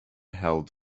held